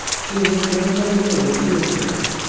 she was most unwilling to enter it.